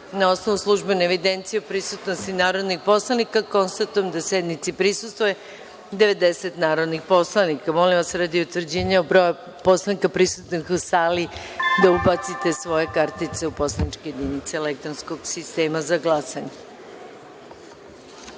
osnovu službene evidencije o prisutnosti narodnih poslanika, konstatujem da sednici prisustvuje 90 narodnih poslanika. Radi utvrđivanja broja narodnih poslanika prisutnih u sali, molim da ubacite svoje kartice u poslaničke jedinice elektronskog sistema. Konstatujem